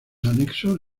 anexos